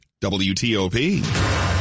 WTOP